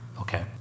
Okay